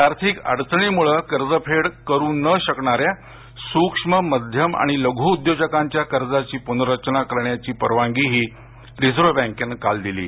आर्थिक अडचणीमुळे कर्ज परतफेड करु न शकणाऱ्या सुक्ष्म मध्यम आणि लघू उद्योजकांच्या कर्जाची पुनर्रचना करण्याची परवानगीही रिझर्व्ह बँकेनं काल दिली आहे